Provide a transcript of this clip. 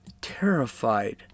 terrified